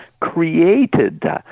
created